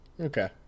okay